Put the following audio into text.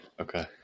Okay